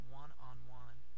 one-on-one